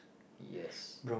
yes